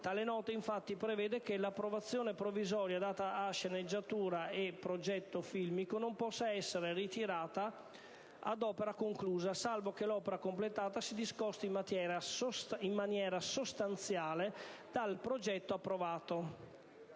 Tale nota infatti prevede che l'approvazione provvisoria data a sceneggiatura e progetto filmico non possa essere ritirata ad opera conclusa, salvo che l'opera completata si discosti in maniera sostanziale dal progetto approvato.